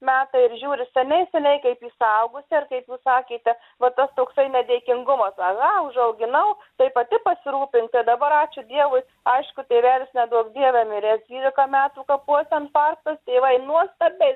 metai ir žiūri seniai seniai kaip į suaugusią ir kaip jūs sakėte va tas toksai nedėkingumas ane užauginau tai pati pasirūpink tai dabar ačiū dievui aišku tėvelis neduok dieve miręs dvylika metų kapuose infarktas tėvai nuostabiai